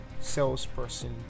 salesperson